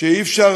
שאי-אפשר